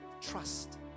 trust